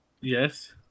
Yes